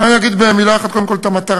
אולי אני אגיד במילה אחת קודם כול את המטרה,